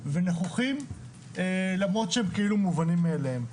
ונכוחים למרות שהם כאילו מובנים מאליהם.